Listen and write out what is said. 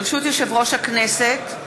ברשות יושב-ראש הכנסת,